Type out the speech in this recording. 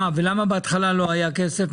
למה בהתחלה לא היה כסף?